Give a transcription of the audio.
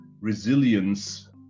resilience